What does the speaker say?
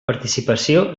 participació